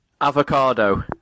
Avocado